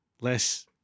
Less